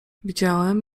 widziałem